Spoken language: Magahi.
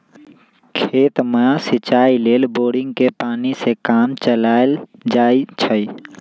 खेत में सिचाई लेल बोड़िंगके पानी से काम चलायल जाइ छइ